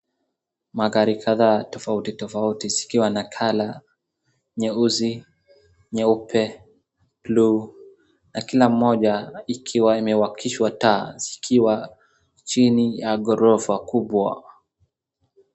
Magari kadhaa tofauti tofauti zikiwa na colour nyeusi, nyeupe, buluu, na kila mmoja ikiwa imewakishwa taa, zikiwa chini ya gorofa kubwa.